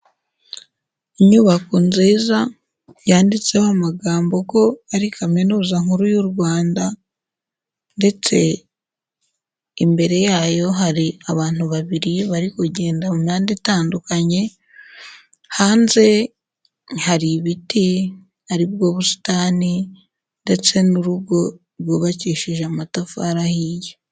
Inyubako nziza yanditseho amagambo ko ari Kaminuza nkuru y'u Rwanda ndetse imbere yayo hari abantu babiri bari kugenda mu mihanda itandukanye, hanze hari ibiti aribwo busitani ndetse n'urugo rwubakishije amatafari arahiye.